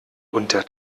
unter